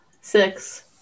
Six